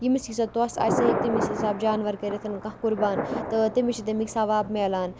ییٚمِس ییٖژاہ توٚژھ آسہِ سُہ ہیٚکہِ تَمی حِساب جانوَر کٔرِتھَن کانٛہہ قُربان تہٕ تٔمِس چھِ تیٚمِکۍ ثواب مِلان